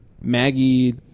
Maggie